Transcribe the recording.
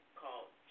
called